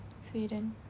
sweden